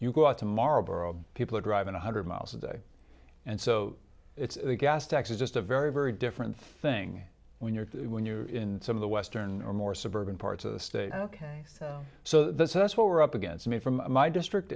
you go out tomorrow people are driving one hundred miles a day and so it's the gas tax is just a very very different thing when you're when you're in some of the western or more suburban parts of the state ok so so that's what we're up against me from my district